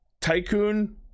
tycoon